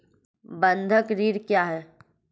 बंधक ऋण क्या है?